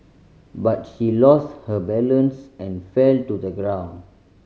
but she lost her balance and fell to the ground